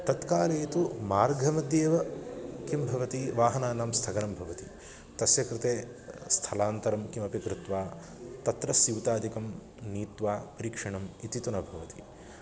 तत्काले तु मार्गमध्ये एव किं भवति वाहनानां स्थगनं भवति तस्य कृते स्थलान्तरं किमपि कृत्वा तत्र स्यूतादिकं नीत्वा परीक्षणम् इति तु न भवति